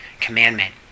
commandment